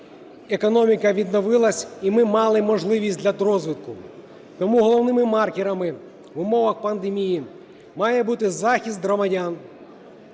економіка відновилась, і ми мали можливість для розвитку. Тому головними маркерами в умовах пандемії мають бути захист громадян,